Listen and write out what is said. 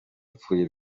apfuye